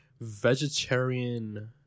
vegetarian